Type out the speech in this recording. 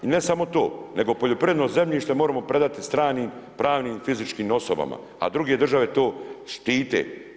I ne samo to, nego poljoprivredno zemljište moramo predati stranim pravnim i fizičkim osobama, a druge države to štite.